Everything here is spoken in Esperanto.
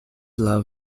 laŭ